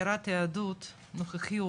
חקירת יהדות הנוכחי,